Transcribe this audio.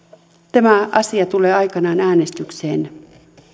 tämä asia tulee aikanaan äänestykseen